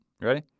Ready